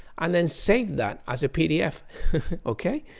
and then save that as a pdf okay.